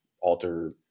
alter